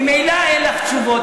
ממילא אין לך תשובות.